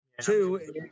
Two